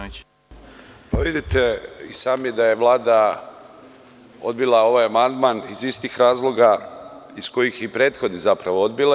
Vidite i sami da je Vlada odbila ovaj amandman iz istih razloga iz kojih je i prethodni odbila.